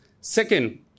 Second